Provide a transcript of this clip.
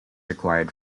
required